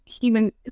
human